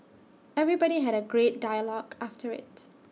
everybody had A great dialogue after IT